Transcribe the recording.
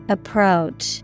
Approach